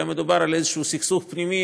אלא מדובר באיזשהו סכסוך פנימי